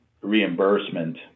reimbursement